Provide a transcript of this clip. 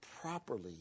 properly